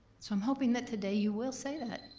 so i'm hoping that today you will say that.